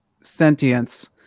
sentience